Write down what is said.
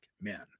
men